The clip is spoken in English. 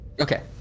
Okay